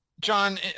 John